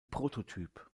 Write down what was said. prototyp